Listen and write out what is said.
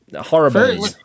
Horrible